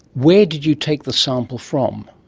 where did you take the sample from?